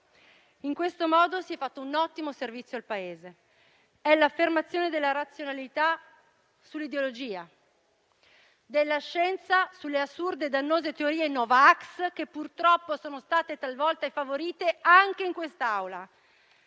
In questo modo si è fatto un ottimo servizio al Paese. È l'affermazione della razionalità sull'ideologia, della scienza sulle assurde e dannose teorie no vax che purtroppo sono state talvolta favorite anche in quest'Aula.